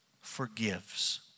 forgives